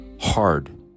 hard